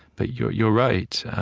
but you're you're right.